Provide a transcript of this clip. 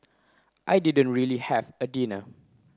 I didn't really have a dinner